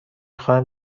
خواهم